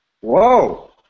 Whoa